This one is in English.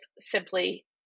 simply